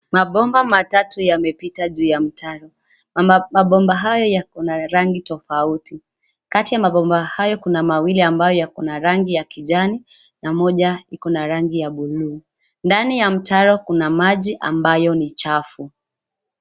Mabomba matatu yamepita juu ya mtaro na mabomba hayo yako na rangi tofauti. Kati ya mabomba hayo kuna mawili ambayo yako na rangi ya kijani na moja iko na rangi ya bluu. Ndani ya mtaaro kuna maji ambayo ni chafu.